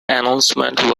announcement